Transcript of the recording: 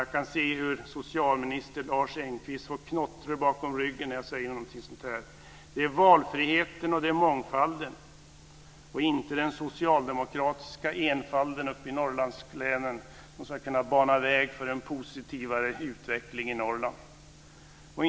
Jag kan se hur socialminister Lars Engqvist får knottror på ryggen när jag säger något sådant. Det är valfriheten och mångfalden och inte den socialdemokratiska enfalden i Norrlandslänen som ska kunna bana väg för en positivare utveckling i Norrland. Fru talman!